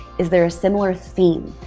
is there a similar theme?